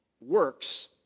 works